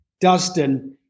Dustin